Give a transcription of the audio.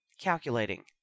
calculating